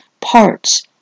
parts